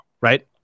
right